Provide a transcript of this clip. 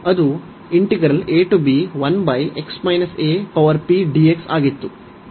ಅದು ಆಗಿತ್ತು